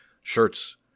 shirts